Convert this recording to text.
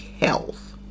health